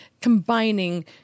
combining